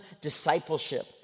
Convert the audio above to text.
discipleship